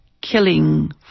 killing